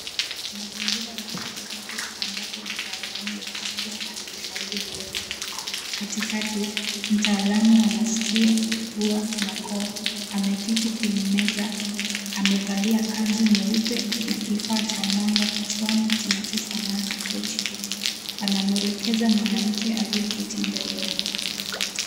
Mazingira ya matibabu ambapo mtaalamu wa afya anamshauri mgonjwa katikati mtaalamu wa maskio, pua na koo ameketi kwenye meza amevalia kanzu nyeupe na kifaa cha mwanga kichwani kinachofanana na {cs}tochi{cs} akimueleza mwanamke aliyeketi mbele yake.